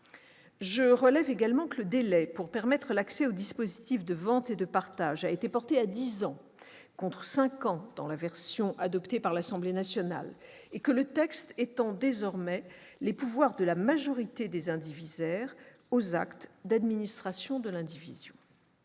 Je relève également que le délai pour permettre l'accès au dispositif de vente et de partage a été porté à dix ans, contre cinq ans dans la version adoptée par l'Assemblée nationale, et que le texte étend désormais les pouvoirs de la majorité des indivisaires aux actes d'administration de l'indivision.